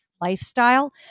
lifestyle